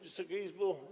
Wysoka Izbo!